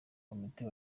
komite